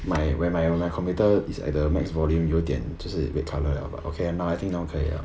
my when my when my computer is at the max volume 有一点就是 red colour liao but okay nevermind I think now 可以 liao